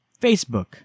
Facebook